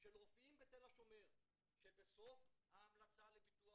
של רופאים בתל השומר שבסוף ההמלצה לביטוח